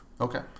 Okay